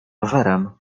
rowerem